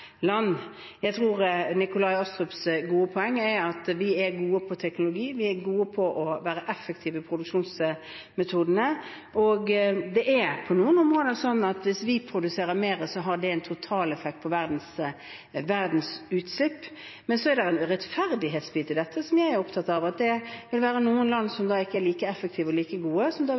land. Jeg tror Nikolai Astrups gode poeng er at vi er gode på teknologi, og vi er gode på å være effektive i produksjonsmetodene. På noen områder er det sånn at hvis vi produserer mer, så har det en totaleffekt på verdens utslipp. Men det er en rettferdighetsbit i dette, som jeg er opptatt av – at det vil være noen land som ikke er like effektive eller like gode, som